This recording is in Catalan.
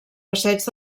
passeig